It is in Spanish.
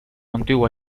antigua